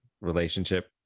relationship